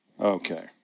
Okay